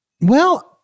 Well-